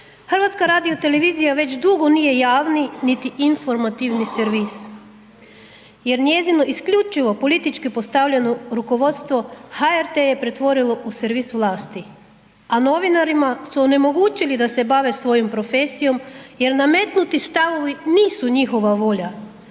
građanima. HRT već drugo nije javni, niti informativni servis jer njezino isključivo politički postavljeno rukovodstvo HRT je pretvorilo u servis vlasti, a novinarima su onemogućili da se bave svojoj profesijom jer nametnuti stavovi nisu njihova volja.